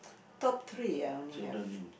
top three I only have